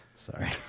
Sorry